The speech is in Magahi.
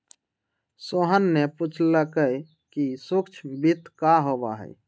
सोहन ने पूछल कई कि सूक्ष्म वित्त का होबा हई?